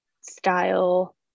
style